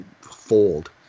fold